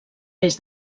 més